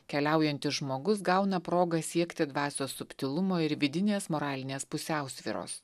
keliaujantis žmogus gauna progą siekti dvasios subtilumo ir vidinės moralinės pusiausvyros